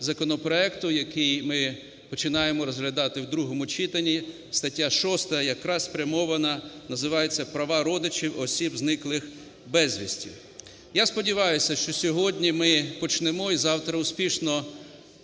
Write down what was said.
який ми починаємо розглядати в другому читанні, стаття 6, якраз спрямована, називається "Права родичів осіб, зниклих безвісти". Я сподіваюся, що сьогодні ми почнемо і завтра успішно